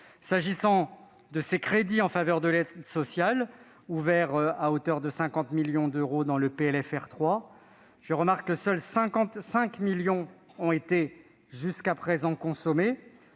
S'agissant de ces crédits en faveur de l'aide sociale, ouverts à hauteur de 50 millions d'euros dans le PLFR 3, je remarque que seuls 5 millions d'euros ont été jusqu'à présent consommés.